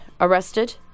arrested